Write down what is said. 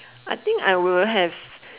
I think I will have